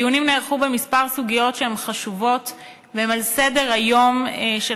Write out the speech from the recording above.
הדיונים נערכו בכמה סוגיות שהן חשובות והן על סדר-היום של